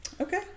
Okay